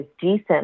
decent